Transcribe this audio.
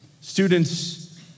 Students